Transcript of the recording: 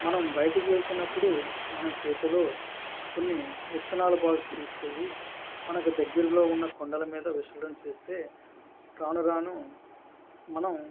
మనం బయటికి వెళ్తున్నప్పుడు మనం చేతిలో కొన్ని విత్తనాల బాల్స్ని తీసుకెళ్ళి మనకు దగ్గరలో ఉన్న కొండల మీద విసరడం చేస్తే రాను రాను మనం